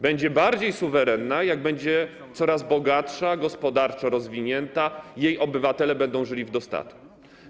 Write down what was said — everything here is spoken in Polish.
Będzie bardziej suwerenna, jak będzie coraz bogatsza, gospodarczo rozwinięta, jak jej obywatele będą żyli w dostatku.